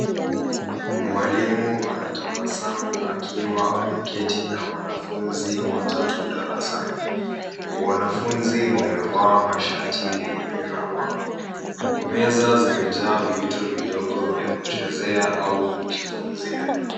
Mwalimu anatabasamu akiwa ameketi na wanafunzi watatu darasani, wanafaunzi wamevaa shati yenye miramba, meza zimejaa vitu vidogo ya kuchezea au kujifunzia.